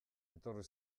etorri